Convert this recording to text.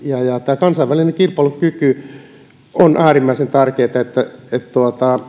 tämä kansainvälinen kilpailukyky on äärimmäisen tärkeätä että että